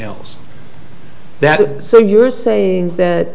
else that so you're saying that